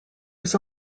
was